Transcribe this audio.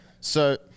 So-